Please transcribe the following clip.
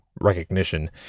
recognition